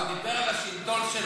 אבל הוא דיבר על השלטון שלכם,